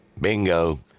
Bingo